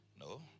No